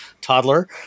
toddler